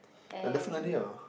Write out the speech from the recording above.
ya definitely ah